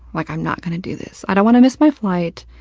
like, i'm not gonna do this. i don't want to miss my flight.